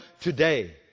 today